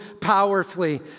powerfully